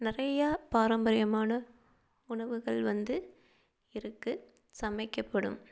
நிறைய பாரம்பரியமான உணவுகள் வந்து இருக்குது சமைக்கப்படும்